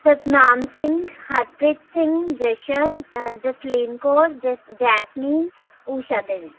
Satnam Singh Harpreet Singh Jashan Jasleen Kaur Jas Jasmine Usha Devi